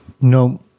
no